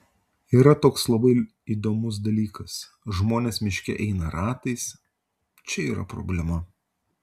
yra toks labai įdomus dalykas žmonės miške eina ratais čia yra problema